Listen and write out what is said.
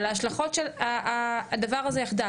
על ההשלכות של הדבר הזה יחדיו.